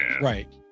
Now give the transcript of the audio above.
Right